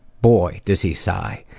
boy, does he sigh.